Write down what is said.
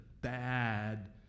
bad